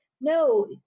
no